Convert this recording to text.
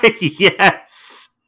Yes